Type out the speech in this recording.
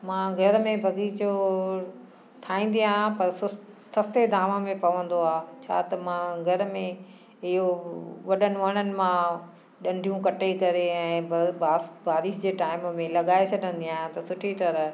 मां घर में बग़ीचो ठाहींदी आहियां पर सु सस्ते दाम में पवंदो आहे छो त मां घर में इहो वॾनि वणनि मां ॾंडियूं कटे करे ऐं ब बा बारीश जे टाइम में लॻाए छॾींदी आहियां सुठी तरह